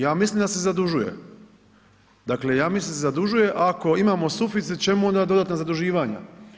Ja mislim da se zadužuje, dakle ja mislim da se zadužuje, ako imamo suficit čemu onda dodatna zaduživanja?